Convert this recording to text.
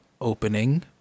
opening